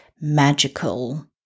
magical